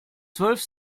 zwölf